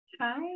Hi